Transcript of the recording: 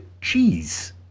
cheese